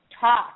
talk